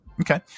Okay